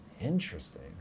Interesting